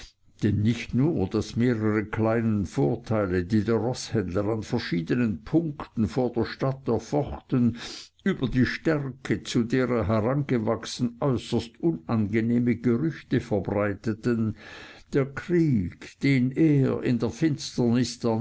denn nicht nur daß mehrere kleinen vorteile die der roßhändler an verschiedenen punkten vor der stadt erfochten über die stärke zu der er herangewachsen äußerst unangenehme gerüchte verbreiteten der krieg den er in der finsternis